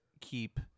keep